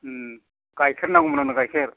गाइखेर नांगौमोन आंनो गाइखेर